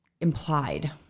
implied